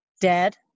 Dead